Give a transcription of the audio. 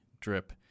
drip